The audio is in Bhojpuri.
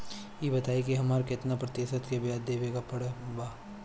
ई बताई की हमरा केतना प्रतिशत के ब्याज देवे के पड़त बा?